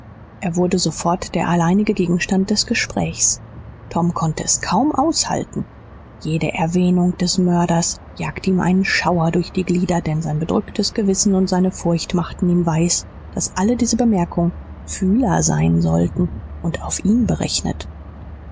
er wurde sofort der alleinige gegenstand des gesprächs tom konnte es kaum aushalten jede erwähnung des mörders jagte ihm einen schauer durch die glieder denn sein bedrücktes gewissen und seine furcht machten ihm weis daß alle diese bemerkungen fühler sein sollten und auf ihn berechnet